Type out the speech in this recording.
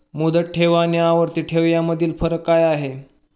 मुदत ठेव आणि आवर्ती ठेव यामधील फरक काय आहे?